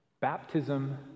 baptism